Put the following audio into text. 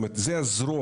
זאת אומרת זה הזרוע,